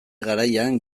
garaian